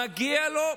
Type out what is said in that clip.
מגיע לו,